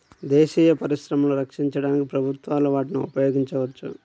దేశీయ పరిశ్రమలను రక్షించడానికి ప్రభుత్వాలు వాటిని ఉపయోగించవచ్చు